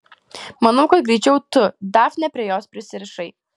manau kad greičiau tu dafne prie jos prisirišai